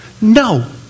No